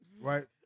Right